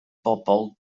bobol